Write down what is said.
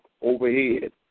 overhead